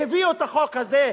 והביאו את החוק הזה,